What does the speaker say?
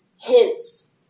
hints